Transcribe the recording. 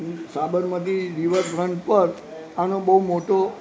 Sabarmati riverfront પર આનો બહુ મોટો